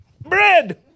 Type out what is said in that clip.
Bread